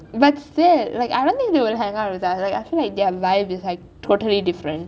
but still like I don't think they will hang out with us like I feel like their life is totally different